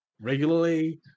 regularly